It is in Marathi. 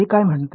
ते काय म्हणते